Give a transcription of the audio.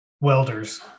Welders